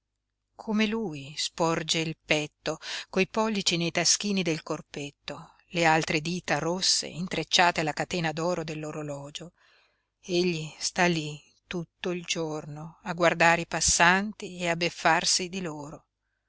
come lui sporge il petto coi pollici nei taschini del corpetto le altre dita rosse intrecciate alla catena d'oro dell'orologio egli sta lí tutto il giorno a guardare i passanti e a beffarsi di loro